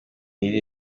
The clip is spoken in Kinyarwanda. myiza